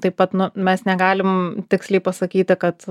taip pat nu mes negalim tiksliai pasakyti kad